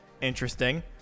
Interesting